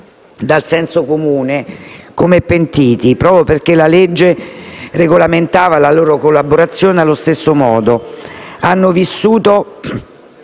dal senso comune, come pentiti, proprio perché la legge regolamentava la loro collaborazione allo stesso modo. Hanno vissuto